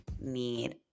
need